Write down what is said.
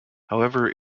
however